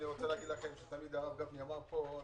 תמיד הרב גפני אמר פה לפקידים: